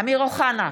אמיר אוחנה,